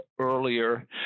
earlier